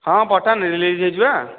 ହଁ ପଠାନ୍ ରିଲିଜ୍ ହୋଇଛି ପା